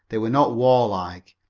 they were not warlike.